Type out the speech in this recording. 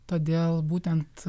todėl būtent